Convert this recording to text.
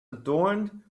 adorned